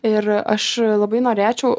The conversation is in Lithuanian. ir aš labai norėčiau